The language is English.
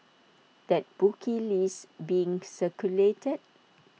that bookie list being circulated